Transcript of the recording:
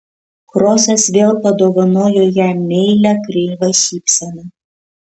krosas vėl padovanojo jam meilią kreivą šypseną